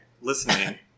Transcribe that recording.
listening